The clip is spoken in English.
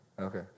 Okay